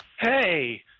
Hey